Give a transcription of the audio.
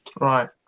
right